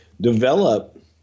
develop